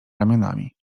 ramionami